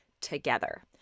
together